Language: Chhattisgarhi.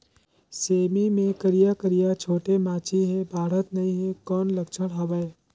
सेमी मे करिया करिया छोटे माछी हे बाढ़त नहीं हे कौन लक्षण हवय?